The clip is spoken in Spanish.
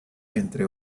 entre